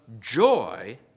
joy